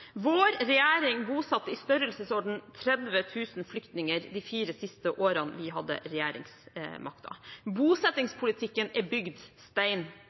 Vår regjering bosatte i størrelsesordenen 30 000 flyktninger de fire siste årene vi hadde regjeringsmakten. Bosettingspolitikken er bygd stein